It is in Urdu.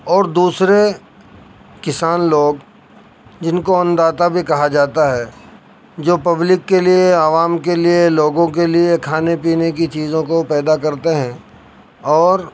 اور دوسرے کسان لوگ جن کو ان داتا بھی کہا جاتا ہے جو پبلک کے لیے عوام کے لیے لوگوں کے لیے کھانے پینے کی چیزوں کو پیدا کرتے ہیں اور